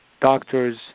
doctors